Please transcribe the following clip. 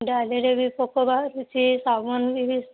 ଡାଲିରେ ବି ପୋକ ବାହାରୁଛି ସାବୁନରେ ବି